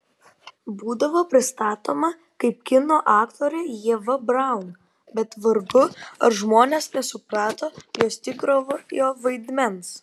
būdavo pristatoma kaip kino aktorė ieva braun bet vargu ar žmonės nesuprato jos tikrojo vaidmens